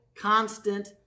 constant